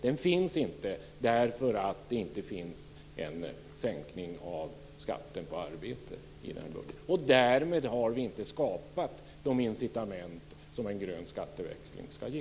Den finns inte därför att det inte finns en sänkning av skatten på arbete. Därmed har vi inte skapat de incitament som en grön skatteväxling ska ge.